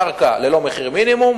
קרקע ללא מחיר מינימום,